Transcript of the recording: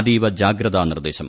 അതീവജാഗ്രതാ നിർദ്ദേശം